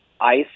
ice